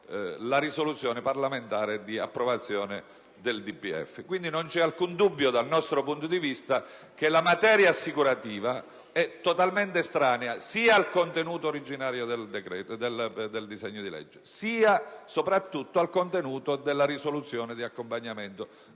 la risoluzione parlamentare di approvazione del DPEF. Non c'è alcun dubbio dal nostro punto di vista che la materia assicurativa è totalmente estranea sia al contenuto originario del disegno di legge, sia soprattutto al contenuto della risoluzione di approvazione del DPEF.